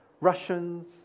Russians